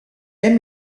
aime